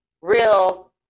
real